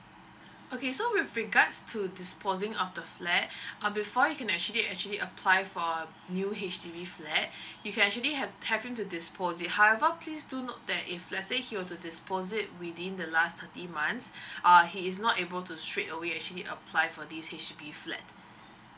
okay so with regards to disposing of the flat uh before you can actually actually apply for a new H_D_B flat you can actually have having to dispose it however please do note that if let's say he will to dispose it within the last thirty months uh he is not able to straight away actually apply for this H_D_B flat